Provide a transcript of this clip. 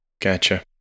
Gotcha